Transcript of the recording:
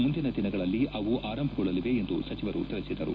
ಮುಂದಿನ ದಿನಗಳಲ್ಲಿ ಅವು ಆರಂಭಗೊಳ್ಳಲಿವೆ ಎಂದು ಸಚಿವರು ತಿಳಿಸಿದರು